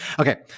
Okay